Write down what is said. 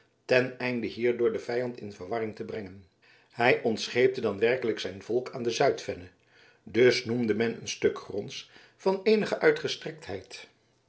landen teneinde hierdoor den vijand in verwarring te brengen hij ontscheepte dan werkelijk zijn volk aan de zuidvenne dus noemde men een stuk gronds van eenige uitgestrektheid